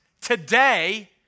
today